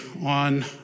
on